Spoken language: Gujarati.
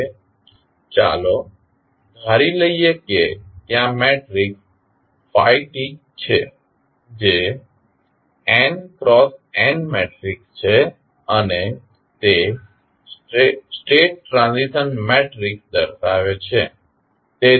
હવે ચાલો ધારી લઈએ કે ત્યાં મેટ્રિક્સ t છે જે n × n મેટ્રિક્સ છે અને તે સ્ટેટ ટ્રાન્ઝિશન મેટ્રિક્સ દર્શાવે છે